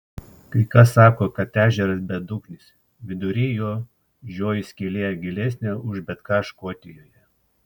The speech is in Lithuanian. kai kas sako kad ežeras bedugnis vidury jo žioji skylė gilesnė už bet ką škotijoje